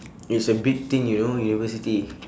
it's a big thing you know university